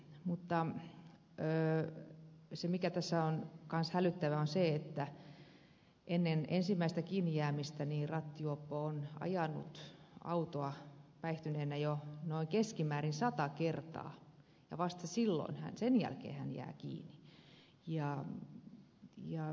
mutta se mikä tässä on myös hälyttävää on se että ennen ensimmäistä kiinnijäämistä rattijuoppo on ajanut autoa päihtyneenä keskimäärin jo noin sata kertaa ja vasta sen jälkeen hän jää kiinni